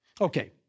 Okay